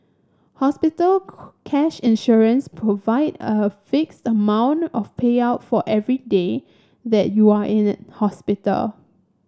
hospital cash insurance provide a fixed amount of payout for every day that you are in hospital